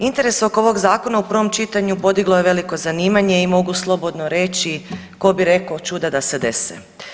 Interes oko ovog zakona u prvom čitanju podiglo je veliko zanimanje i mogu slobodno reći „tko bi rekao čuda da se dese“